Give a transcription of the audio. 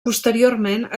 posteriorment